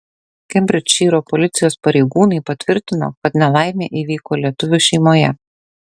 kembridžšyro policijos pareigūnai patvirtino kad nelaimė įvyko lietuvių šeimoje